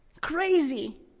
Crazy